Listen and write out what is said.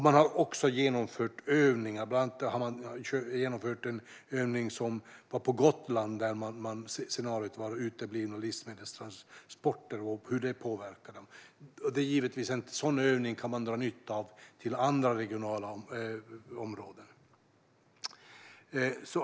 Man har också genomfört övningar. Bland annat har man genomfört en övning på Gotland där scenariot var uteblivna livsmedelstransporter och den påverkan det har. En sådan övning kan givetvis även andra regioner dra nytta av.